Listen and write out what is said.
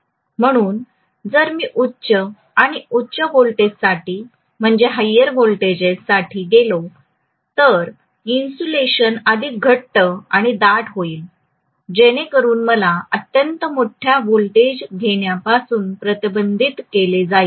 म्हणून जर मी उच्च आणि उच्च व्होल्टेजसाठी गेलो तर इन्सुलेशन अधिक घट्ट आणि दाट होईल जेणेकरून मला अत्यंत मोठ्या व्होल्टेज घेण्यापासून प्रतिबंधित केले जाईल